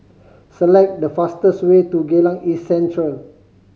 select the fastest way to Geylang East Central